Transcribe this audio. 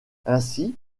ainsi